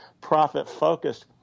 profit-focused